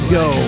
go